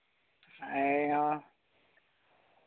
ᱤᱧ ᱦᱚᱸ